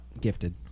gifted